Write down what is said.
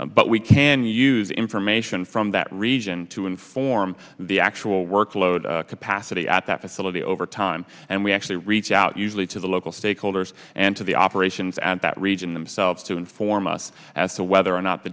sets but we can use the information from that region to inform the actual workload capacity at that facility over time and we actually reach out usually to the local stakeholders and to the operations and that region themselves to inform us as to whether or not the